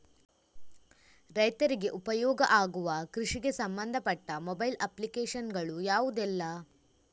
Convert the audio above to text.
ರೈತರಿಗೆ ಉಪಯೋಗ ಆಗುವ ಕೃಷಿಗೆ ಸಂಬಂಧಪಟ್ಟ ಮೊಬೈಲ್ ಅಪ್ಲಿಕೇಶನ್ ಗಳು ಯಾವುದೆಲ್ಲ?